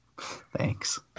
Thanks